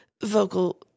vocal